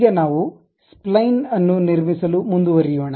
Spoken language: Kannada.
ಈಗ ನಾವು ಸ್ಪ್ಲೈನ್ ಅನ್ನು ನಿರ್ಮಿಸಲು ಮುಂದುವರಿಯೋಣ